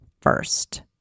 first